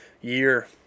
year